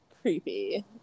creepy